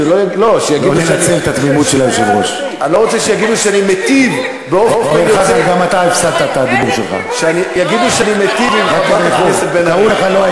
אני לא רוצה שיגידו שאני מיטיב באופן יוצא דופן עם חברת הכנסת בן ארי.